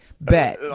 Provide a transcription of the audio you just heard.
Bet